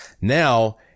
now